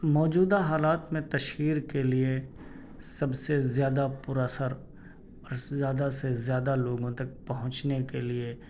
موجودہ حالات میں تشہیر کے لئے سب سے زیادہ پُراثر اور زیادہ سے زیادہ لوگوں تک پہنچنے کے لئے